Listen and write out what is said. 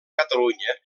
catalunya